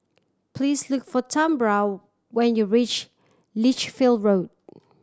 please look for Tambra when you reach Lichfield Road